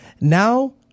Now